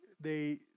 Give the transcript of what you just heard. they-